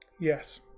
yes